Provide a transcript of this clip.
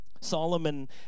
Solomon